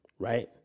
Right